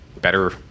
better